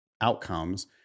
outcomes